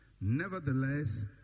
Nevertheless